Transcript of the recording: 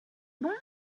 bon